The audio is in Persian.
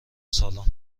سالن